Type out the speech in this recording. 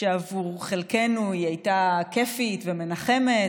עבור חלקנו היא הייתה כיפית ומנחמת,